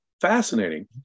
Fascinating